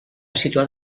situat